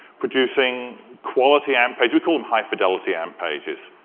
producing quality amp pages. we call them high-fidelity amp pages.